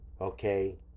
okay